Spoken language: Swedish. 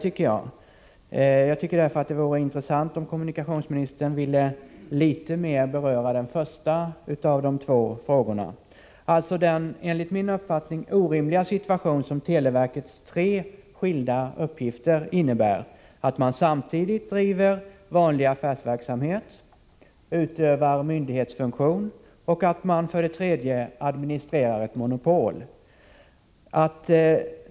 Det vore därför intressant om kommunikationsministern litet mer ville beröra den första av de två frågorna, alltså den som gäller den enligt min uppfattning orimliga situation som televerkets tre skilda uppgifter innebär: att driva vanlig affärsverksamhet, utöva myndighetsfunktion och administrera ett monopol.